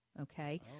okay